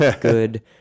good